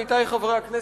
עמיתי חברי הכנסת,